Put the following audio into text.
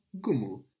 Gumu